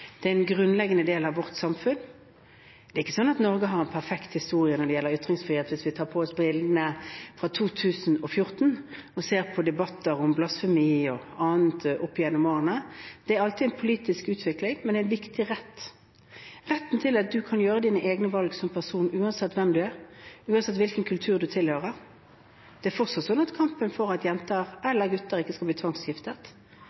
det er en grunnleggende del av vårt samfunn. Det er ikke sånn at Norge har en perfekt historie når det gjelder ytringsfrihet, hvis vi tar på oss brillene fra 2014 og ser på debatter om blasfemi og annet opp gjennom årene. Det er alltid en politisk utvikling. Men det er en viktig rett – retten til at du kan gjøre dine egne valg som person, uansett hvem du er, uansett hvilken kultur du tilhører. Det er fortsatt sånn at det at jenter – eller gutter – ikke skal bli tvangsgiftet,